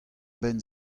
benn